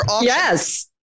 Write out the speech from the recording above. Yes